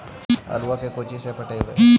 आलुआ के कोचि से पटाइए?